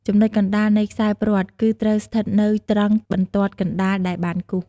ចំណុចកណ្ដាលនៃខ្សែព្រ័ត្រគឺត្រូវស្ថិតនៅត្រង់បន្ទាត់កណ្ដាលដែលបានគូស។